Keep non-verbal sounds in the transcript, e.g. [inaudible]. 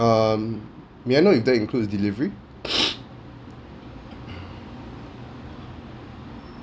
um may I know if that includes delivery [breath]